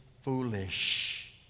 foolish